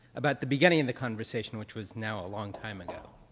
about the beginning of the conversation, which was now a long time ago.